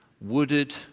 wooded